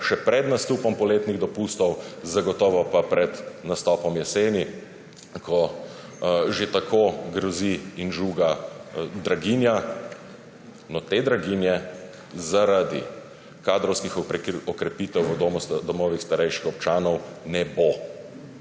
še pred nastopom poletnih dopustov, zagotovo pa pred nastopom jeseni, ko že tako grozi in žuga draginja. No, te draginje zaradi kadrovskih okrepitev v domovih starejših občanov ne bo.